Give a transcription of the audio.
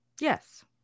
Yes